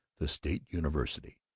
the state university.